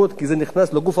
כי זה נכנס לגוף החוק.